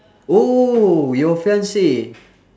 oh your fiancee